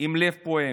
עם לב פועם.